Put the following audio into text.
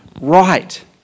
right